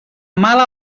mala